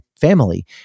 family